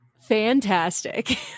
Fantastic